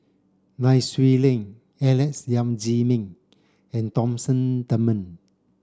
Nai Swee Leng Alex Yam Ziming and Thompson Dunman